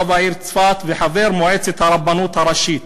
רב העיר צפת וחבר מועצת הרבנות הראשית,